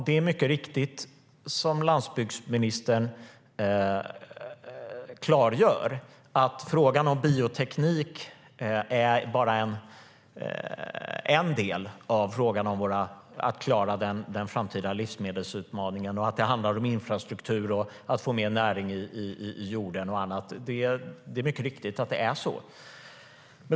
Det är mycket riktigt, som landsbygdsministern klargör, att frågan om bioteknik bara är en del för att klara den framtida livsmedelsutmaningen. Det handlar om infrastruktur, att få mer näring i jorden och annat. Det är mycket riktigt att det är så.